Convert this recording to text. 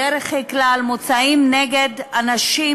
היושב-ראש, חברי כנסת נכבדים,